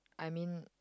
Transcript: I mean